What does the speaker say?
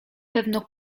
pewno